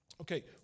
Okay